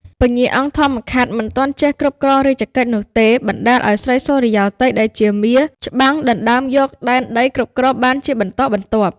ពញ្ញាអង្គធម្មខាត់ មិនទាន់ចេះគ្រប់គ្រងរាជកិច្ចនោះទេ បណ្ដាលឱ្យ ស្រីសុរិយោទ័យដែលជាមារ ច្បាំងដណ្ដើមយកដែនដីគ្រប់គ្រងបានជាបន្តបន្ទាប់។